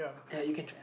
ya you can try